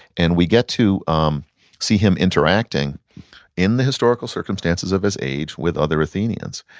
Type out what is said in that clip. and we get to um see him interacting in the historical circumstances of his age with other athenians.